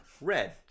red